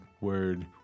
word